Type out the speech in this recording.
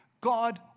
God